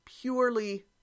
purely